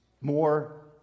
more